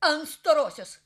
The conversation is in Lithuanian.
ant storosios